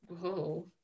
Whoa